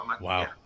Wow